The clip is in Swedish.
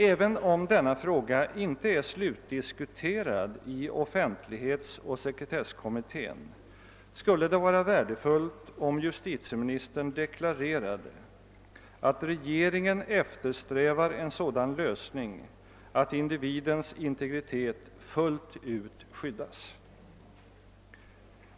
Även om denna fråga inte är slutdiskuterad i offentlighetsoch sekretesskommittén skulle det vara värdefullt om justitieministern deklarerade, att regeringen eftersträvar en sådan lösning, att individens integritet fullt ut skyddas.